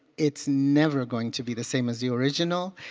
it's never going to be the same as the original.